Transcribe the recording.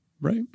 Right